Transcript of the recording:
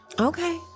Okay